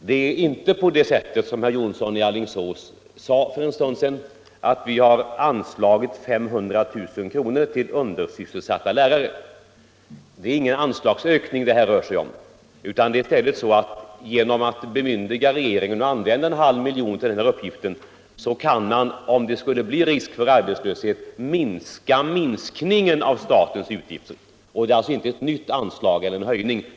Det förhåller sig inte på det sättet som herr Jonsson sade för en stund sedan, att vi har anslagit 500 000 kr. till undersysselsatta lärare. Det rör sig här inte om någon anslagsökning, utan genom att bemyndiga regeringen att använda en halv miljon för ändamålet kan man, om det skulle bli risk för arbetslöshet, minska minskningen av statens utgifter. Det är alltså inte fråga om ett nytt anslag eller en höjning.